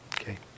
okay